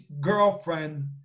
girlfriend